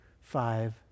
Five